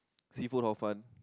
seafood Hor-Fun